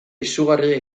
izugarria